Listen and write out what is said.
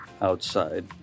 outside